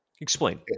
Explain